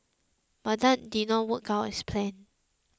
but that did not work out as planned